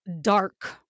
dark